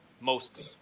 Mostly